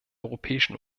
europäischen